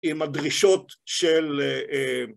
עם הדרישות של...